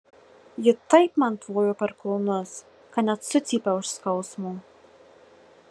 ji taip man tvojo per kulnus kad net sucypiau iš skausmo